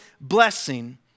blessing